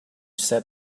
said